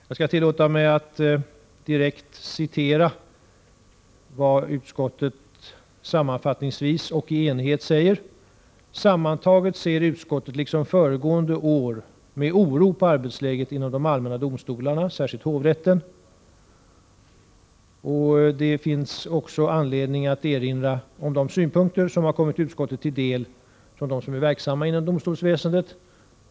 Jag skall tillåta mig att direkt citera vad utskottet sammanfattningsvis och i enighet säger: ”Sammantaget ser utskottet — liksom föregående år — med oro på arbetsläget inom de allmänna domstolarna, särskilt hovrätterna.” Det finns också anledning att erinra om de synpunkter som har kommit utskottet till del från dem som är verksamma inom domstolsväsendet.